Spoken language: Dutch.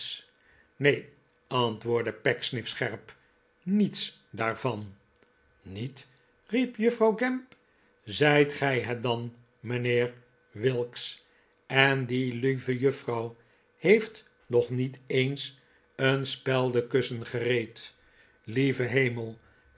neen antwoordde pecksniff scherp niets daarvan niet riep juffrouw gamp zijt gij het dan mijnheer whilks en die lieve juffrouw heeft nog niet eens een speldenkussen gereed lieve hemel